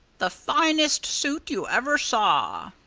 the finest suit you ever saw!